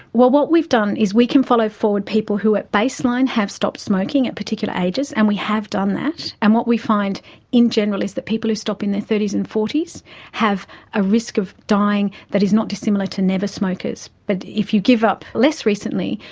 what what we've done is we can follow forward people who at baseline have stopped smoking at particular ages, and we have done that, and what we find in general is that people who stop in their thirty s and forty s so have a risk of dying that is not dissimilar to never smokers. but if you give up less recently,